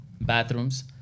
bathrooms